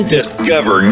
discover